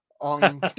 on